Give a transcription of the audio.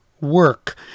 work